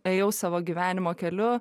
ėjau savo gyvenimo keliu